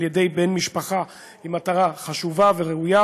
ידי בן משפחה היא מטרה חשובה וראויה,